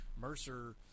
Mercer –